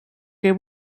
que